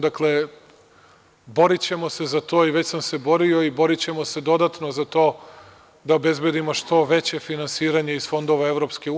Dakle, borićemo se za to i već sam se borio i borićemo se dodatno za to da obezbedimo što veće finansiranje iz fondova EU.